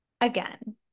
Again